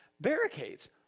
barricades